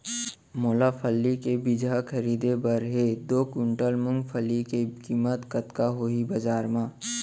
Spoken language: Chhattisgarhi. मोला फल्ली के बीजहा खरीदे बर हे दो कुंटल मूंगफली के किम्मत कतका होही बजार म?